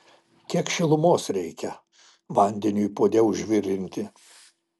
kiek šilumos reikia vandeniui puode užvirinti